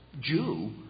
Jew